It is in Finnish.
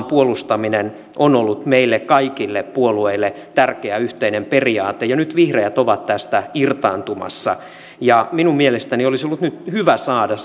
puolustaminen on ollut meillä kaikille puolueille tärkeä yhteinen periaate ja nyt vihreät ovat tästä irtaantumassa minun mielestäni olisi ollut nyt hyvä saada